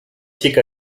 xic